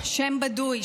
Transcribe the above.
שם בדוי,